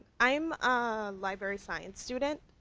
i'm a library science student,